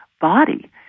body